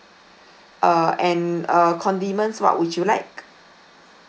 uh and uh condiments what would you like